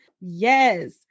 Yes